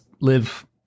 live